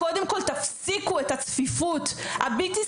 על הצפיפות החמורה בכיתות.